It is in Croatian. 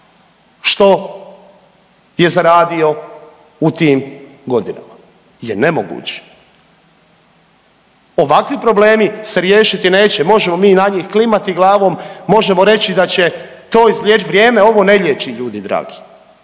što je zaradio u tim godinama je nemoguće. Ovakvi problemi se riješiti neće, možemo mi na njih klimati glavom, možemo reći da će to izliječiti vrijeme. Ovo ne liječi ljudi dragi,